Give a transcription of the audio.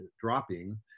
dropping